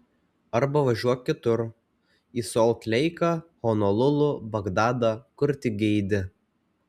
arba važiuok kitur į solt leiką honolulu bagdadą kur tik geidi